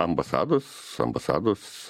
ambasados ambasados